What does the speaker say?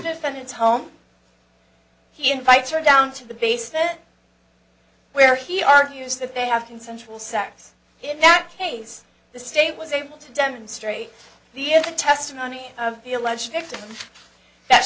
defendant's home he invites her down to the basement where he argues that they have consensual sex in that case the state was able to demonstrate the at the testimony of the alleged victim that